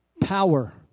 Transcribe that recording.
power